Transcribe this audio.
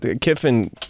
kiffin